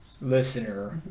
listener